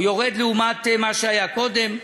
הוא יורד לעומת מה שהיה קודם.